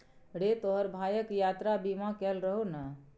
रे तोहर भायक यात्रा बीमा कएल रहौ ने?